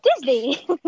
Disney